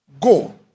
go